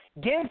give